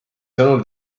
sõnul